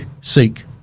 Seek